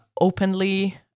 openly